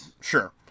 sure